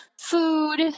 food